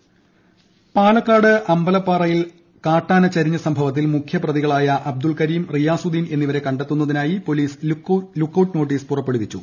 അമ്പല പാറയിൽ കാട്ടാന പാലക്കാട് അമ്പലപാറയിൽ കാട്ടാന ചെരിഞ്ഞ സംഭവത്തിൽ മുഖ്യപ്രതികളായ അബ്ദുൽ കരീം റിയാസുദ്ദീൻ എന്നിവരെ കണ്ടെത്തുന്നതിനായി പൊലീസ് ലുക്ക്ഔട്ട് നോട്ടീസ് പുറപ്പെടുവിച്ചു